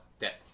depth